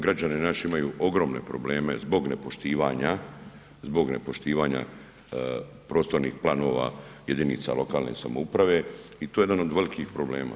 Građani naši imaju ogromne probleme zbog nepoštivanja, zbog nepoštivanja prostornih planova jedinica lokalne samouprave i to je jedan od velikih problema.